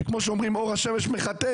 שכמו שאומרים אור השמש מחטא.